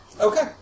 Okay